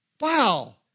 wow